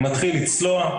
אני מתחיל לצלוע,